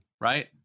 right